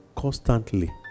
constantly